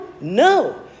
No